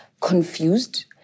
confused